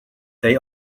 they